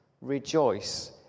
rejoice